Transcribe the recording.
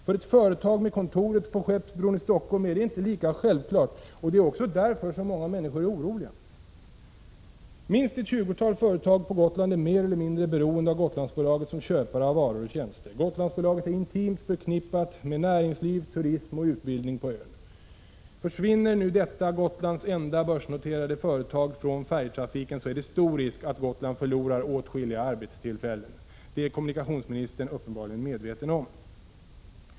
För ett företag med kontoret på Skeppsbron i Stockholm är detta inte lika självklart, och det är också därför som många människor nu är oroliga. Minst ett tjugotal företag på Gotland är mer eller mindre beroende av Gotlandsbolaget som köpare av varor och tjänster. Gotlandsbolaget är intimt förknippat med näringsliv, turism och utbildning på ön. Försvinner nu detta Gotlands enda börsnoterade företag från färjetrafiken är det stor risk att Gotland förlorar åtskilliga arbetstillfällen. Det är kommunikationsministern uppenbarligen medveten om.